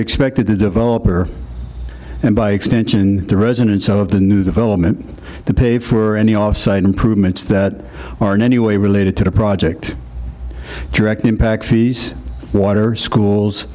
expected the developer and by extension the residents of the new development to pay for any off site improvements that are in any way related to the project direct impact fees water schools